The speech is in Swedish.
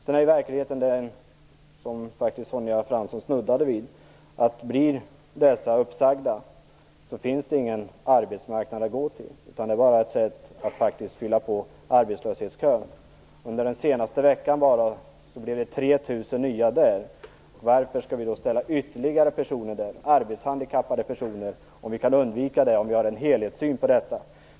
Som Sonja Fransson snuddade vid är verkligheten dessutom den att det för dessa grupper inte finns någon arbetsmarknad att gå till om man blir uppsagd. Det är i stället ett sätt att fylla på arbetslöshetskön. Under den senaste veckan hamnade 3 000 nya människor där. Varför skall vi då också ställa arbetshandikappade personer där? Det kan kanske undvikas om vi har en helhetssyn på detta.